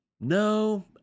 No